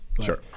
Sure